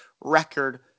record